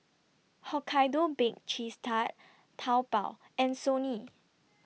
Hokkaido Baked Cheese Tart Taobao and Sony